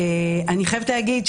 אני חייבת להגיד,